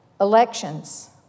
Elections